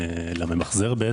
לממחזר,